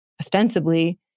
ostensibly